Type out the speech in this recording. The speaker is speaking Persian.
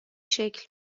شکل